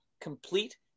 complete